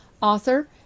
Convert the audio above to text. author